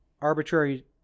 arbitrary